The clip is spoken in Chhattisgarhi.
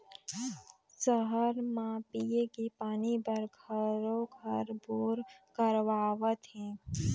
सहर म पिये के पानी बर घरों घर बोर करवावत हें